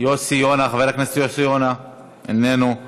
חבר הכנסת יוסי יונה, איננו,